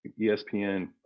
ESPN